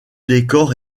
décor